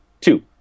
Two